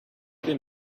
their